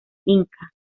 inca